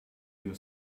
you